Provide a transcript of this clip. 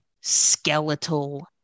skeletal